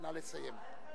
נא לסיים.